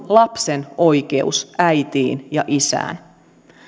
lapsen oikeus äitiin ja isään